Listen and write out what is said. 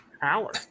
power